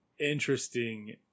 interesting